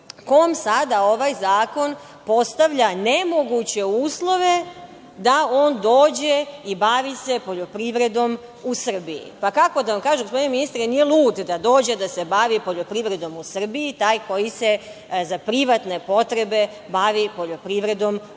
kom sada ovaj zakon postavlja nemoguće uslove da on dođe i bavi se poljoprivredom u Srbiji. Kako da vam kažem, gospodine ministre, nije lud da dođe da se bavi poljoprivredom u Srbiji taj koji se za privatne potrebe bavi poljoprivredom u